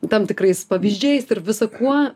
tam tikrais pavyzdžiais ir visu kuo